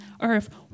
earth